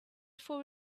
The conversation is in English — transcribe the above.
for